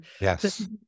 yes